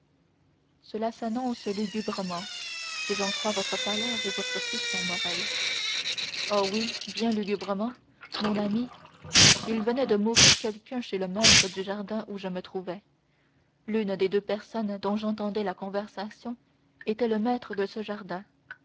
cela s'annonce lugubrement si j'en crois votre pâleur et votre frisson morrel oh oui bien lugubrement mon ami il venait de mourir quelqu'un chez le maître du jardin où je me trouvais l'une des deux personnes dont j'entendais la conversation était le maître de ce jardin